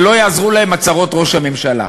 ולא יעזרו להם הצהרות ראש הממשלה.